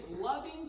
loving